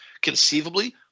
Conceivably